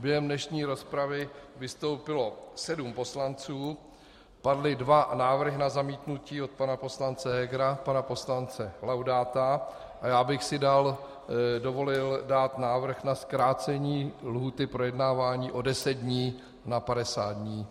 Během dnešní rozpravy vystoupilo sedm poslanců, padly dva návrhy na zamítnutí, od pana poslance Hegera a od pana poslance Laudáta, a já bych si dovolil dát návrh na zkrácení lhůty k projednávání o 10 dní, na 50 dní.